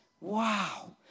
Wow